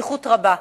במתיחות רבה,